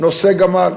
נושא גמל,